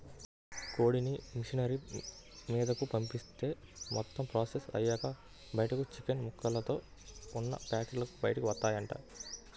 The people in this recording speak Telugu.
కోడిని మిషనరీ మీదకు పంపిత్తే మొత్తం ప్రాసెస్ అయ్యాక బయటకు చికెన్ ముక్కలతో ఉన్న పేకెట్లు బయటకు వత్తాయంట